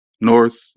north